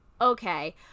Okay